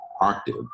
octave